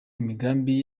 imigambi